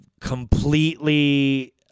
completely